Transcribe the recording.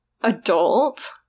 adult